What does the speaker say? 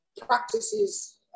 practices